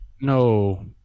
No